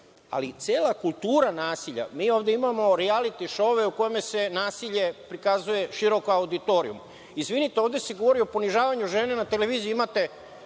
ali cela kultura nasilja. Mi ovde imamo rijaliti šouve u kojima se nasilje prikazuje širokom auditorijumu. Izvinite, ovde se govori o ponižavanju žena na televiziji. Imate